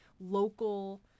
local